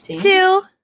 Two